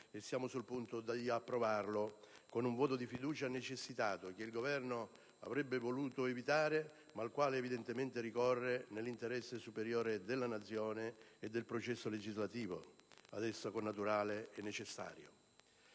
e siamo sul punto di approvarlo con un voto di fiducia necessitato, che il Governo avrebbe voluto evitare, ma al quale evidentemente ricorre nell'interesse superiore della Nazione e del processo legislativo, ad esso connaturale e necessario.